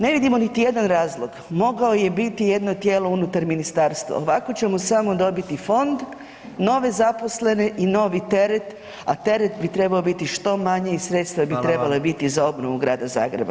Ne vidimo niti jedan razlog, mogao je biti jedno tijelo unutar ministarstva, ovako ćemo samo dobiti fond, nove zaposlene i novi teret, a teret bi trebao biti što manji i sredstva bi trebala biti za obnovu Grada Zagreba.